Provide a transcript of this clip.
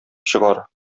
чыгар